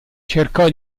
cercò